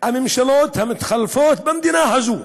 הממשלות המתחלפות במדינה הזאת.